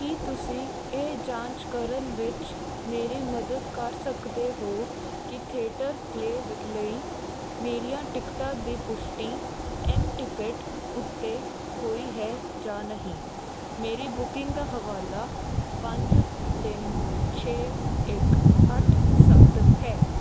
ਕੀ ਤੁਸੀਂ ਇਹ ਜਾਂਚ ਕਰਨ ਵਿੱਚ ਮੇਰੀ ਮਦਦ ਕਰ ਸਕਦੇ ਹੋ ਕਿ ਥੀਏਟਰ ਪਲੇ ਲਈ ਮੇਰੀਆਂ ਟਿਕਟਾਂ ਦੀ ਪੁਸ਼ਟੀ ਐਮ ਟਿਕਟ ਉੱਤੇ ਹੋਈ ਹੈ ਜਾਂ ਨਹੀਂ ਮੇਰੀ ਬੁਕਿੰਗ ਦਾ ਹਵਾਲਾ ਪੰਜ ਤਿੰਨ ਛੇ ਇੱਕ ਅੱਠ ਸੱਤ ਹੈ